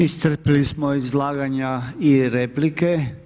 Iscrpili smo izlaganja i replike.